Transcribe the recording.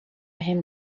him